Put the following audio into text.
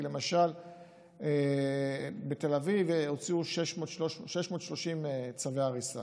כי למשל בתל אביב הוציאו 630 צווי הריסה.